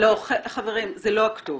חברים, זו לא הכתובת.